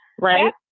right